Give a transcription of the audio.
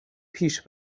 پیش